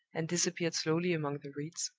and disappeared slowly among the reeds,